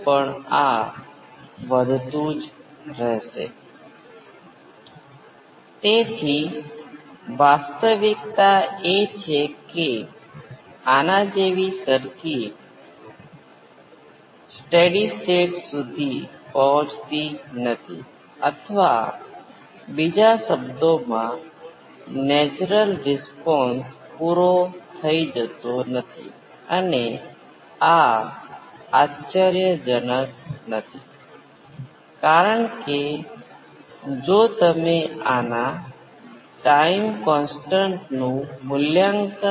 હકીકતમાં થોડા સમય પછી તે એકદમ સામાન્ય છે ખાસ કરીને સંદેશાવ્યવહાર પ્રણાલીઓમાં અને તેથી માત્ર આ જટિલ એક્સ્પોનેંસિયલમાં જ વાત કરવી એક્સ્પોનેંસિયલ ભૂમિતિમાં વાત કરવા માટે અહીં કોસ અને સાઇન નહી કરો પરંતુ તમારે સમજવું જોઈએ કે તેનો અર્થ શું છે આપણે ખરેખર શું કરીએ છીએ અહીં જે ગણતરી કરી એ V p × cos ω t 5 નો રિસ્પોન્સ છે અને તે V p exponential j ω t 5 ના રિસ્પોન્સ ની ગણતરી કરીને મેળવી શકાય છે અને આ વાસ્તવિક ભાગનું કારણ લઈને થસે જે ચાલસે કારણ કે રેખીય પ્રણાલીમાં વાસ્તવિક ગુણાંક છે